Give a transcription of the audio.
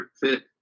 fit